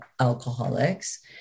alcoholics